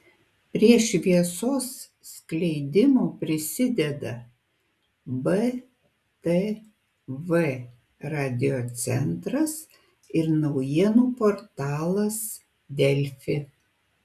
prie šviesos skleidimo prisideda btv radiocentras ir naujienų portalas delfi